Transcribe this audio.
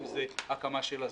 אם זו הקמה של אסדה.